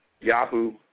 yahoo